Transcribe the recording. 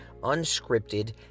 unscripted